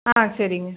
ஆ சரிங்க